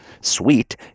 sweet